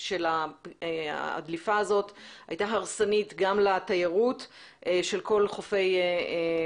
של הדליפה הזאת הייתה הרסנית גם לתיירות של כל חופי מקסיקו,